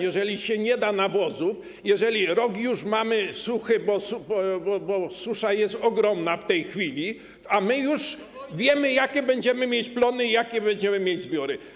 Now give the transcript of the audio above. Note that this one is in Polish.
Jeżeli się nie da nawozu, jeżeli rok już mamy suchy, bo susza jest ogromna w tej chwili, a my już wiemy jakie będziemy mieć plony i jakie będziemy mieć zbiory.